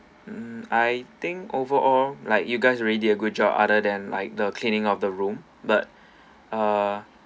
um I think overall like you guys really did a good job other than like the cleaning of the room but uh